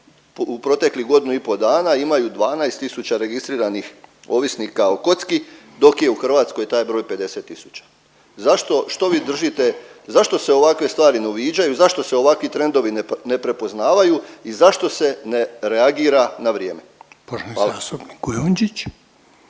u proteklih godinu i pol dana imaju 12000 registriranih ovisnika o kocki dok je u Hrvatskoj taj broj 50 000. Zašto, što vi držite, zašto se ovakve stvari ne uviđaju, zašto se ovakvi trendovi ne prepoznavaju i zašto se ne reagira na vrijeme? Hvala. **Reiner,